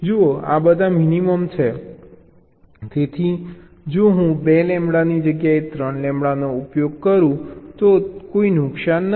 જુઓ આ બધા મિનિમમ છે તેથી જો હું 2 લેમ્બડાની જગ્યાએ 3 લેમ્બડાનો ઉપયોગ કરું તો કોઈ નુકસાન નથી